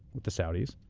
with the saudis.